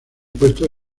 puestos